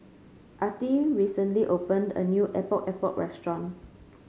Attie recently opened a new Epok Epok restaurant